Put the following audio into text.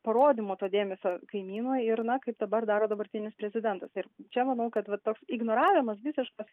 parodymo to dėmesio kaimynui ir na kaip dabar daro dabartinis prezidentas ir čia manau kad vat toks ignoravimas visiškas